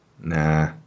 Nah